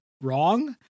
wrong